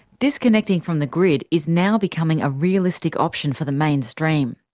disconnecting from the grid is now becoming a realistic option for the mainstream.